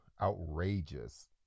outrageous